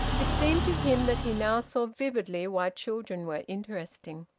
it seemed to him that he now saw vividly why children were interesting.